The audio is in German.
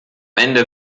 ende